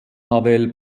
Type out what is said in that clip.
havel